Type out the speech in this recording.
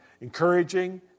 encouraging